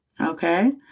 okay